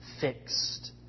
fixed